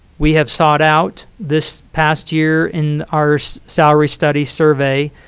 we have sought out this past year, in our salary study survey,